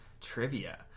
trivia